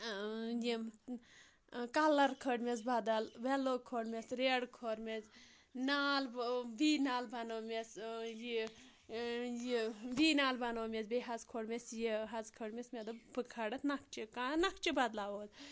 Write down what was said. یِم کَلَر کھٔٲلمس بَدَل ویٚلُو کھولمس رِیٚڈ کھولمَس نال وی نال بَنٲومس یہِ وی نال بَنومس بیٚیہِ حظ کھولمس یہِ کھٲجمَس مےٚ دوٚپ بہٕ کھالہٕ اَتھ نَکھچہِ کانٛہہ نَکھچہِ بَدلاو ہوس